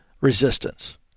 resistance